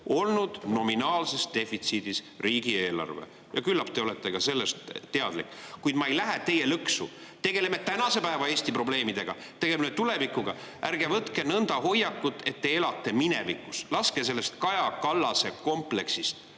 olnud nominaalses defitsiidis riigieelarve. Küllap te olete ka sellest teadlik, kuid ma ei lähe teie lõksu. Tegeleme tänase päeva Eesti probleemidega, tegeleme tulevikuga. Ärge võtke hoiakut, et te elate minevikus. Laske sellest Kaja Kallase kompleksist